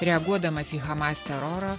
reaguodamas į hamas terorą